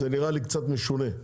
זה נראה לי קצת משונה.